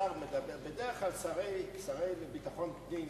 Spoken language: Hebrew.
בדרך כלל השרים לביטחון הפנים,